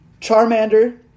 Charmander